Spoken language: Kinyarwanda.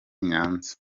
nyanza